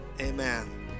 Amen